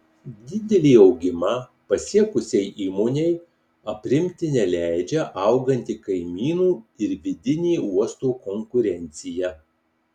didelį augimą pasiekusiai įmonei aprimti neleidžia auganti kaimynų ir vidinė uosto konkurencija